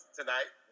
tonight